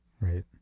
Right